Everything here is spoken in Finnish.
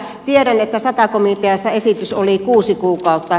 tiedän että sata komiteassa esitys oli kuusi kuukautta